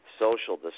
social